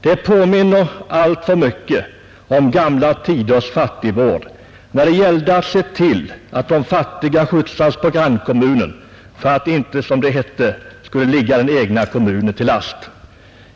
Det påminner alltför mycket om gamla tiders fattigvård, när det gällde att se till att de fattiga skjutsades på grannkommunen för att inte, som det hette, ”ligga den egna kommunen till last”.